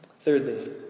Thirdly